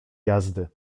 jazdy